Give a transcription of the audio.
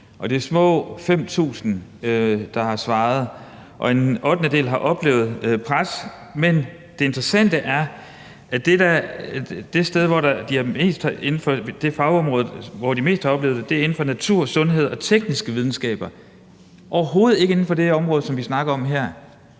Det er små 5.000, der har svaret, og en ottendedel har oplevet pres, men det interessante er, at det fagområde, der mest har oplevet det, er inden for natur, sundhed og tekniske videnskaber. Overhovedet ikke inden for det område, som vi snakker om her.